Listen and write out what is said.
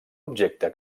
objecte